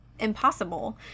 impossible